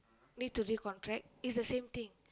need to recontract it's the same thing